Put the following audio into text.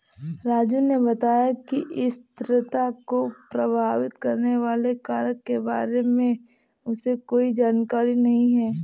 राजू ने बताया कि स्थिरता को प्रभावित करने वाले कारक के बारे में उसे कोई जानकारी नहीं है